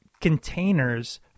containers